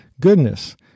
goodness